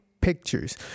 pictures